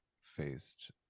faced